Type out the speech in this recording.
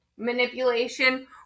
manipulation